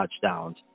touchdowns